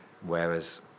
Whereas